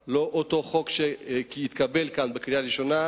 לא אותו חוק שהתקבל כאן בקריאה ראשונה